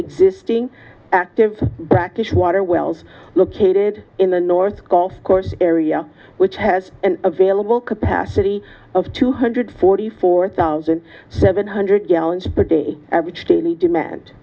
existing active brackish water wells located in the north called course area which has an available capacity of two hundred forty four thousand seven hundred gallons but the average daily demand